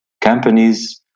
companies